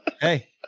hey